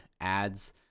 ads